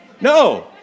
no